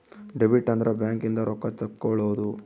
debit ಅಂದ್ರ bank ಇಂದ ರೊಕ್ಕ ತೆಕ್ಕೊಳೊದು